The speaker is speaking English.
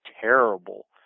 terrible